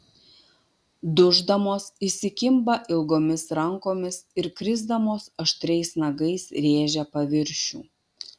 duždamos įsikimba ilgomis rankomis ir krisdamos aštriais nagais rėžia paviršių